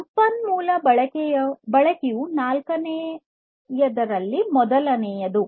ಸಂಪನ್ಮೂಲ ಬಳಕೆಯು 4 ರಲ್ಲಿ ಮೊದಲನೆಯದು